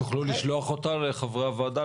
תוכלו לשלוח אותה לחברי הוועדה,